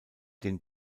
den